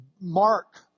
mark